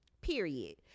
period